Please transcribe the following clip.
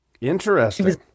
Interesting